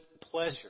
pleasure